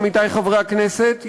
עמיתי חברי הכנסת,